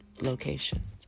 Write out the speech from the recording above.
locations